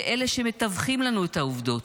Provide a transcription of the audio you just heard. באלה שמתווכים לנו את העובדות.